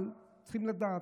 אבל צריכים לדעת,